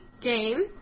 game